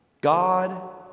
God